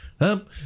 up